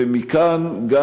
ומכאן גם